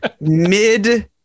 mid